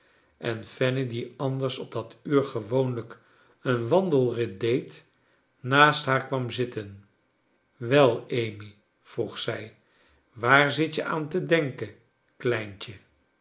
en fanny die anders op dat uur gewoonlijk een wandelrit deed naast haar kwam zitten wel amy vroeg zij waar zit je aan te denken kleint